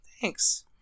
Thanks